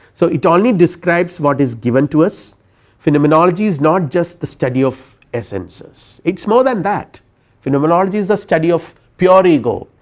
so it only describes what is given to us phenomenology is not just the study of essences its more than that phenomenology is the study of pure ego,